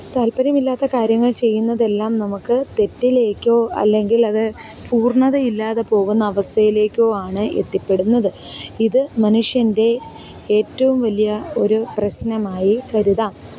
താല്പ്പര്യമില്ലാത്ത കാര്യങ്ങള് ചെയ്യുന്നതെല്ലാം നമുക്ക് തെറ്റിലേക്കോ അല്ലെങ്കിലത് പൂര്ണ്ണതയില്ലാതെ പോകുന്ന അവസ്ഥയിലേക്കോ ആണ് എത്തിപ്പെടുന്നത് ഇത് മനുഷ്യന്റെ ഏറ്റവും വലിയ ഒരു പ്രശ്നമായി കരുതാം